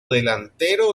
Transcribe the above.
delantero